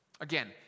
Again